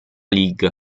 league